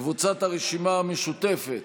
קבוצת סיעת הרשימה המשותפת,